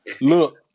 Look